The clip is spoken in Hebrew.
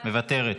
מוותרת?